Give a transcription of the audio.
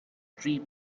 tree